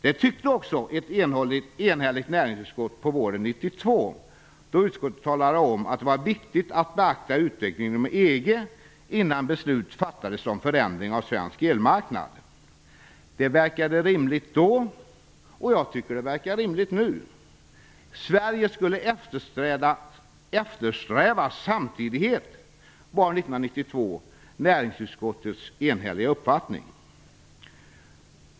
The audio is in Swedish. Det tyckte också ett enhälligt näringsutskott våren 1992, då utskottet talade om att det var viktigt att beakta utvecklingen inom EG innan beslut fattades om förändring av svensk elmarknad. Det verkade rimligt då och jag tycker att det verkar rimligt nu. Att Sverige skulle eftersträva samtidighet var näringsutskottets enhälliga uppfattning 1992.